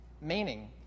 Meaning